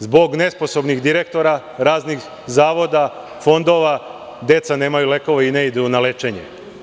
Zbog nesposobnih direktora raznih zavoda, fondova deca nemaju lekove i ne idu na lečenje.